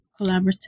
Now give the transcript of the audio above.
collaborative